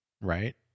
right